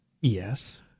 yes